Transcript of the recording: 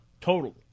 Total